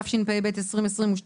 התשפ"ב-2022,